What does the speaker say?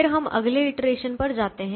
फिर हम अगले इटरेशन पर जाते हैं